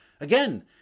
again